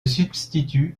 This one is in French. substitue